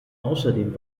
außerdem